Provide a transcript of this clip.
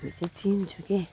तर हामी चाहिँ चिन्छु के